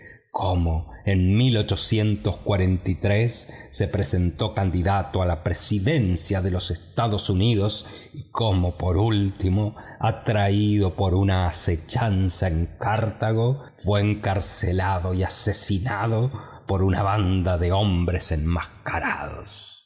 general en jefe cómo en se presentó a candidato a la presidencia de los estados unidos y cómo por último atraído a una emboscada en cartago fue encarcelado y asesinado por una banda de hombres enmascarados